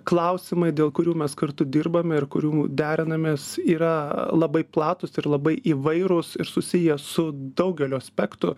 klausimai dėl kurių mes kartu dirbame ir kurių derinamės yra labai platūs ir labai įvairūs ir susiję su daugeliu aspektų